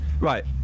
right